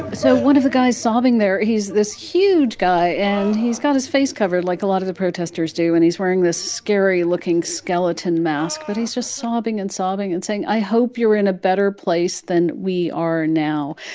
so one of the guys sobbing there he's this huge guy. and he's got his face covered like a lot of the protesters do, and he's wearing this scary-looking skeleton mask. but he's just sobbing and sobbing and saying, i hope you're in a better place than we are now.